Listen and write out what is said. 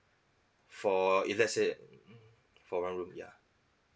for if let say for one room ya